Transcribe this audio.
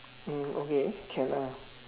mm okay can ah